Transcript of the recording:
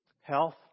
health